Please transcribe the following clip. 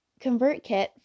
ConvertKit